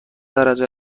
درجه